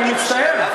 אני מצטער,